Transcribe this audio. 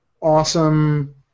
Awesome